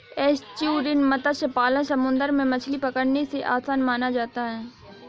estuarine मत्स्य पालन समुंदर में मछली पकड़ने से आसान माना जाता है